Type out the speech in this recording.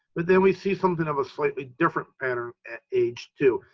but then we see something of a slightly different pattern at age two.